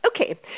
Okay